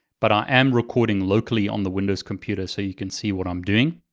but i am recording locally on the windows computer so you can see what i'm doing.